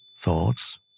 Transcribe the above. thoughts